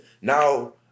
Now